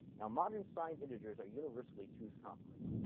now, modern signed integers are universally two's complement.